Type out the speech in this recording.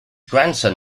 grandson